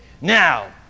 Now